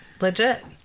Legit